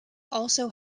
also